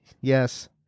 Yes